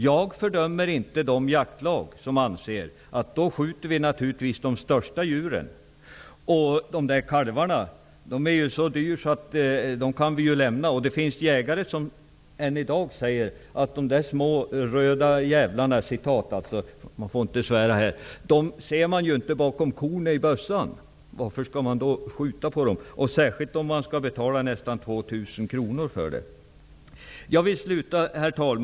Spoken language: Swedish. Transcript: Jag fördömer inte de jaktlag som anser att man naturligtvis skall skjuta de största djuren och att kalvarna är så dyra att de kan lämnas. Det finns jägare som säger: De där små, röda jävlarna ser man inte bakom kornet i bössan! Varför skall man då skjuta dem? Särskilt om man skall betala nästan 2 000 kr för det! Det var ett citat, för man får ju inte svära i kammaren. Herr talman!